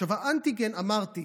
האנטיגן אמרתי: